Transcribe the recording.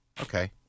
Okay